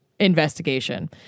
investigation